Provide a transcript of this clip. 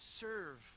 serve